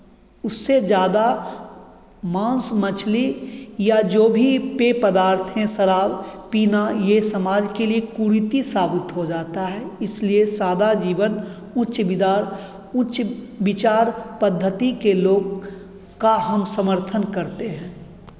उससे ज़्यादा माँस मछली या जो भी पेय पदार्थ हैं शराब पीना ये समाज के लिए कुरीति साबित हो जाता है इसलिए सादा जीवन उच्च विदार उच्च विचार पद्धति के लोग का हम समर्थन करते हैं